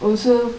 also